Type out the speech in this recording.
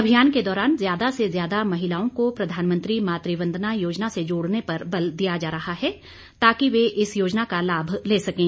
अभियान के दौरान ज्यादा से ज्यादा महिलाओं को प्रधानमंत्री मातुवंदना योजना से जोड़ने पर बल दिया जा रहा है ताकि वे इस योजना का लाभ ले सकें